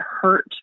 hurt